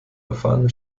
erfahrene